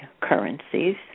currencies